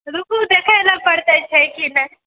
रुकु देखय लए पड़तै छै कि नहि